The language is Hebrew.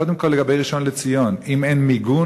קודם כול לגבי ראשון-לציון: אם אין מיגון,